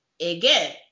Again